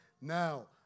Now